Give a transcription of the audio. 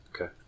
Okay